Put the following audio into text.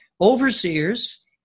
Overseers